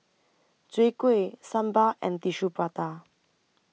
Chwee Kueh Sambal and Tissue Prata